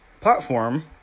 platform